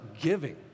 giving